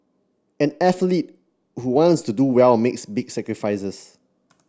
any athlete who wants to do well makes big sacrifices